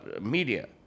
media